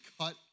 cut